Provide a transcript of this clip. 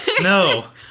No